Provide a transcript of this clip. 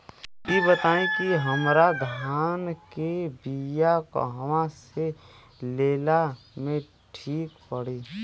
इ बताईं की हमरा धान के बिया कहवा से लेला मे ठीक पड़ी?